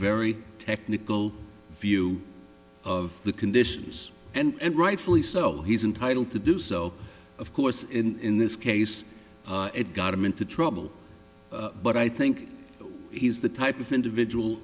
very technical view of the conditions and rightfully so he's entitled to do so of course in this case it got him into trouble but i think he's the type of individual